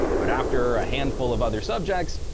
but after a handful of other subjects,